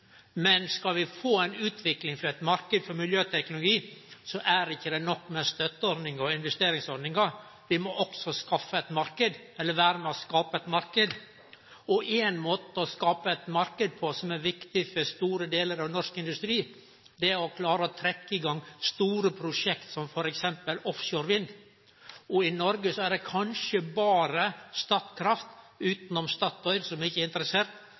Men skal vi få ei utvikling for ein marknad for miljøteknologi, er det ikkje nok med støtteordningar og investeringsordningar, vi må òg skaffe ein marknad eller vere med på å skape ein marknad. Ein måte å skape ein marknad på, som er viktig for store delar av norsk industri, er å klare å trekkje i gang store prosjekt som f.eks. Offshore Wind. I Noreg er det kanskje berre Statkraft – Statoil er ikkje interessert, dei har vist lita interesse – som er